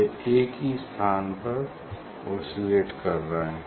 यह एक ही स्थान पर ओसिलेट कर रहा है